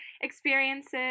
experiences